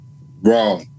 Bro